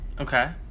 Okay